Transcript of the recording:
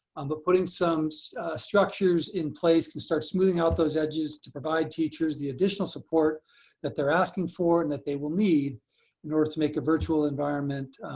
um but putting some structures in place can start smoothing out those edges to provide teachers the additional support that they're asking for, and that they will need in order to make a virtual environment